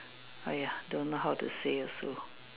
!aiya! don't know how to say also